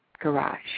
garage